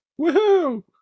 Woohoo